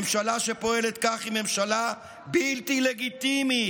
ממשלה שפועלת כך היא ממשלה בלתי לגיטימית.